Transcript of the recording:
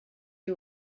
you